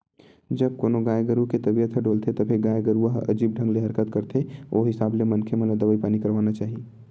जब कोनो गाय गरु के तबीयत ह डोलथे तभे गाय गरुवा ह अजीब ढंग ले हरकत करथे ओ हिसाब ले मनखे मन ल दवई पानी करवाना चाही